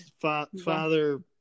father